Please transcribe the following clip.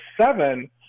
seven